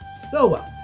so well.